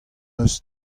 eus